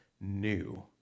new